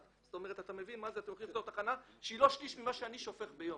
הולכת להיות תחנה שהיא לא שליש ממה שאני שופך ביום.